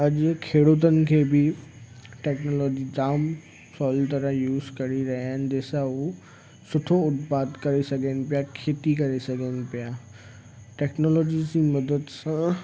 अॼु खेडूतनि खे बि टैक्नोलॉजी जामु सवली तरह यूस करे रहिया आहिनि जंहिंसां हू सुठो उत्पाद करे सघनि पिया खेती करे सघनि पिया टैक्नोलॉजी जी मदद सां